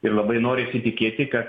ir labai norisi tikėti kad